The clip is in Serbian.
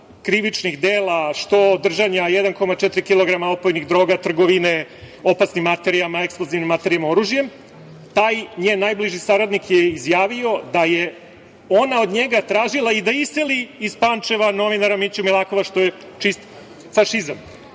krivičnih dela, što držanja 1,4 kg opojnih droga, trgovine opasnim materijama, eksplozivnim materijama, oružjem. Taj njen najbliži saradnik je izjavio da je ona od njega tražila i da iseli iz Pančeva novinara Miću Milakova, što je čist fašizam. Stoga